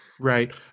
Right